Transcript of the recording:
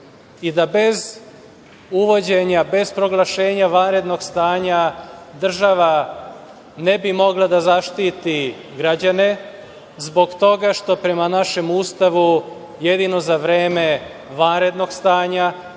i da bez uvođenja, bez proglašenja vanrednog stanja država ne bi mogla da zaštiti građane, zbog toga što prema našem Ustavu jedino za vreme vanrednog stanja,